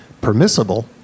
permissible